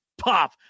pop